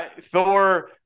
Thor